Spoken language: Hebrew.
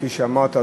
כפי שאמרת,